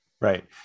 Right